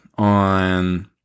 on